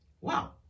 Wow